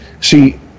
see